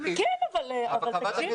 אתה יכול לענות